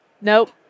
Nope